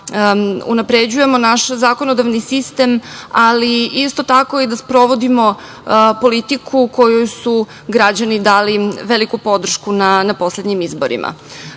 da unapređujemo naš zakonodavni sistem, ali isto tako i da sprovodimo politiku kojoj su građani dali veliku podršku na poslednjim izborima. Danas